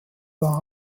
war